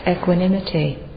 equanimity